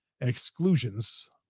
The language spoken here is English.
exclusions